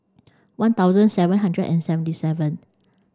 one thousand seven hundred and seventy seven